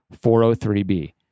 403B